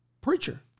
preacher